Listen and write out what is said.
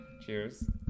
Cheers